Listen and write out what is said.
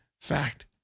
fact